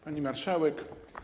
Pani Marszałek!